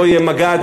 לא יהיה מג"ד.